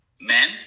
Men